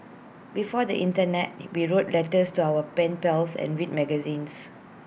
before the Internet we wrote letters to our pen pals and read magazines